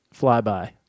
flyby